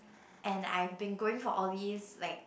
and I have been going for all these like